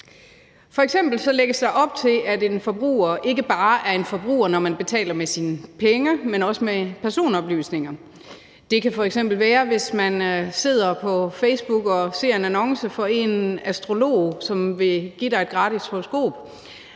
lægges der op til, at en forbruger ikke bare er en forbruger, når man betaler med sine penge, men også i forbindelse med ens personoplysninger. Det kan f.eks. være, hvis man er på Facebook og ser en annonce for en astrolog, som vil give en et gratis horoskop,